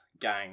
gang